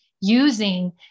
using